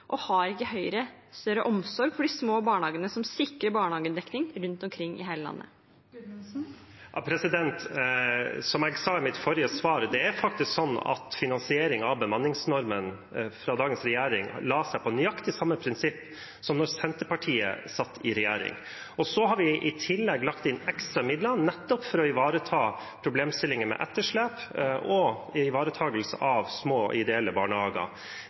Og har ikke Høyre større omsorg for de små barnehagene som sikrer barnehagedekning rundt omkring i hele landet? Som jeg sa i mitt forrige svar: Finansieringen av bemanningsnormen fra dagens regjering la seg på nøyaktig samme prinsipp som da Senterpartiet satt i regjering. I tillegg har vi lagt inn ekstra midler nettopp for å ivareta problemstillingene med etterslep og ivaretakelse av små ideelle barnehager.